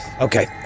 okay